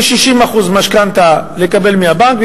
כ-60% משכנתה לקבל מהבנק,